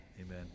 Amen